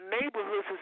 neighborhoods